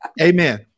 Amen